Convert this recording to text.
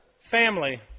family